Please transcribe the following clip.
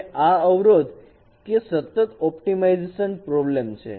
અને આ અવરોધ કે સતત ઓપ્ટિમાઇઝેશન પ્રોબ્લેમ છે